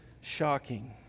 shocking